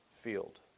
field